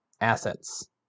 assets